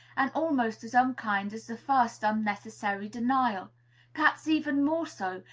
and almost as unkind as the first unnecessary denial perhaps even more so,